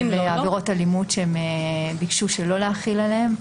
עבירות אלימות שהם ביקשו לא להחיל עליהם.